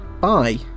Bye